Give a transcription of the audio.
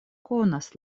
konas